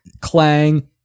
clang